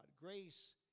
Grace